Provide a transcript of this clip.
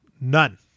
none